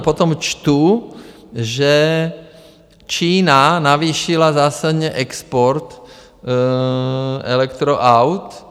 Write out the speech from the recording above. Potom čtu, že Čína navýšila zásadně export elektroaut.